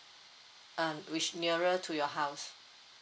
um which nearer to your house